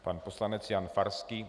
Pan poslanec Jan Farský.